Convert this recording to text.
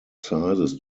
sizes